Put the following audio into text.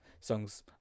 songs